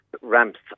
ramps